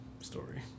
story